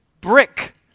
brick